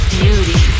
beauty